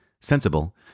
sensible